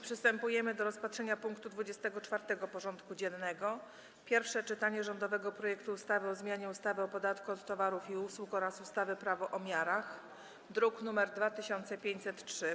Przystępujemy do rozpatrzenia punktu 24. porządku dziennego: Pierwsze czytanie rządowego projektu ustawy o zmianie ustawy o podatku od towarów i usług oraz ustawy Prawo o miarach (druk nr 2503)